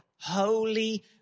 Holy